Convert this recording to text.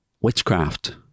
witchcraft